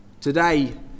today